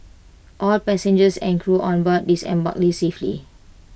all passengers and crew on board disembarked safely